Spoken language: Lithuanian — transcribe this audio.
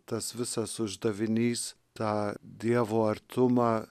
tas visas uždavinys tą dievo artumą